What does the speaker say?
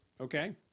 Okay